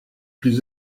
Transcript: plus